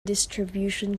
distribution